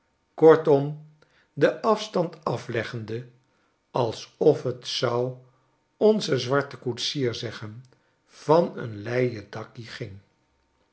kortom den afstand afleggende alsof t zou onze zwarte koetsier zeggen van n leien dakkie ging